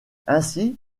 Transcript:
ainsi